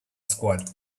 squad